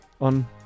on